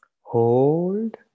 hold